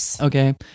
Okay